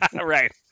Right